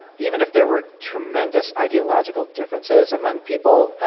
even if there were tremendous ideological differences among people,